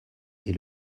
est